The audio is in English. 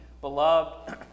Beloved